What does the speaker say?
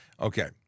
Okay